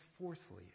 fourthly